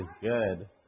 good